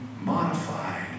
modified